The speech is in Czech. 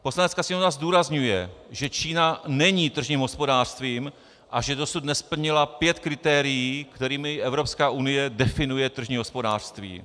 Poslanecká sněmovna zdůrazňuje, že Čína není tržním hospodářstvím a že dosud nesplnila pět kritérií, kterými Evropská unie definuje tržní hospodářství.